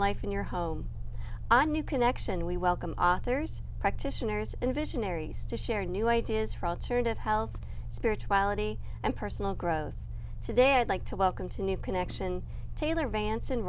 life in your home a new connection we welcome authors practitioners and visionary state share new ideas for alternative health spirituality and personal growth today i'd like to welcome to new connection taylor vance